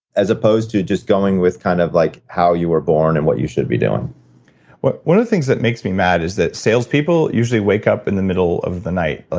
as opposed to just going with kind of like how you were born and what you should be doing one of the things that makes me mad is that salespeople usually wake up in the middle of the night, ah